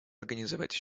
организовать